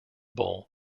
bowl